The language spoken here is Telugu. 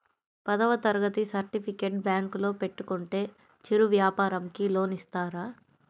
పదవ తరగతి సర్టిఫికేట్ బ్యాంకులో పెట్టుకుంటే చిరు వ్యాపారంకి లోన్ ఇస్తారా?